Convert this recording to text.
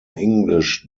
english